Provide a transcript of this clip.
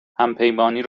همپیمانی